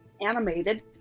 animated